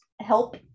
help